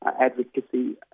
advocacy